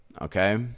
Okay